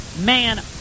man